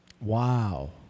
Wow